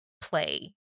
play